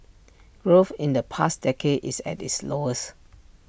growth in the past decade is at its lowest